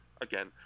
again